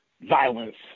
violence